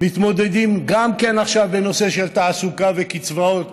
מתמודדים גם עכשיו עם הנושא של תעסוקה, קצבאות